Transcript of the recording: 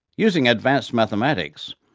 using advanced mathematics,